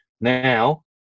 Now